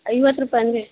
ಐವತ್ತು ರೂಪಾಯಿ ಏನ್ರಿ